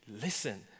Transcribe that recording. Listen